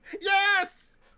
Yes